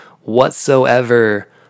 whatsoever